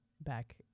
back